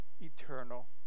eternal